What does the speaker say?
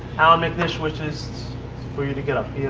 allan mcnish wishes for you to get up.